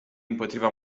împotriva